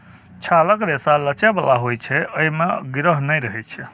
छालक रेशा लचै बला होइ छै, अय मे गिरह नै रहै छै